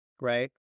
right